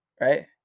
Right